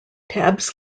tabs